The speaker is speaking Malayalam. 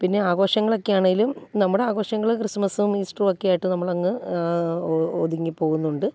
പിന്നെ ആഘോഷങ്ങൾ ഒക്കെയാണെങ്കിലും നമ്മുടെ ആഘോഷങ്ങൾ ക്രിസ്മസും ഈസ്റ്ററും ഒക്കെയായിട്ട് നമ്മളങ്ങ് ഒതുങ്ങി പോകുന്നുണ്ട്